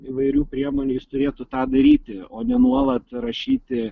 įvairių priemonių jis turėtų tą daryti o ne nuolat rašyti